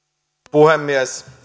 puhemies